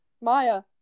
Maya